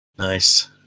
Nice